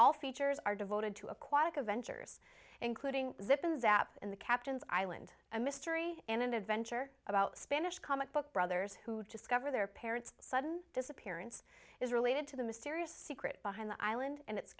all features are devoted to aquatic adventures including zippin zap in the captain's island a mystery and adventure about spanish comic book brothers who discover their parents sudden disappearance is related to the mysterious secret behind the island and it